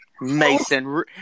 Mason